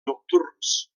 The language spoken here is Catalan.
nocturns